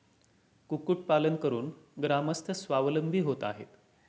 कुक्कुटपालन करून ग्रामस्थ स्वावलंबी होत आहेत